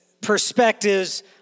perspectives